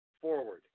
forward